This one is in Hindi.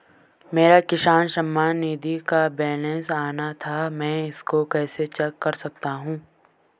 मेरा किसान सम्मान निधि का बैलेंस आना था मैं इसको कैसे चेक कर सकता हूँ?